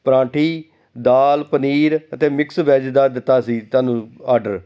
ਪਰਾਂਠੀ ਦਾਲ ਪਨੀਰ ਅਤੇ mix veg ਦਾ ਦਿੱਤਾ ਸੀ ਤੁਹਾਨੂੰ ਆਡਰ